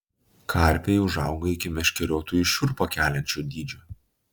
karpiai užauga iki meškeriotojui šiurpą keliančio dydžio